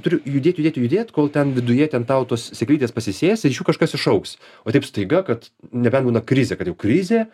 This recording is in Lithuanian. turi judėt judėt judėt kol ten viduje ten tau tos sėklytės pasisės ir iš jų kažkas išaugs va taip staiga kad nebent būna krizė kad jau krizė